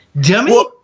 dummy